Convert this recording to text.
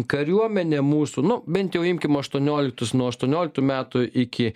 kariuomenė mūsų nu bent jau imkim aštuonioliktus nuo aštuonioliktų metų iki